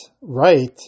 right